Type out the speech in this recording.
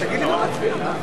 מי נגד?